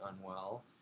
unwell